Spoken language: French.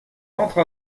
entre